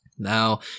Now